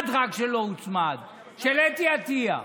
רק אחד שלא הוצמד, של אתי עטייה.